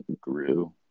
grew